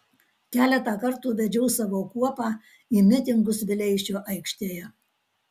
keletą kartų vedžiau savo kuopą į mitingus vileišio aikštėje